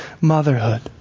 motherhood